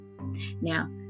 Now